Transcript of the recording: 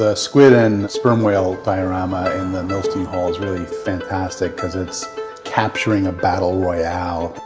ah squid and sperm whale diorama in the milstein hall is really fantastic because it's capturing a battle royale.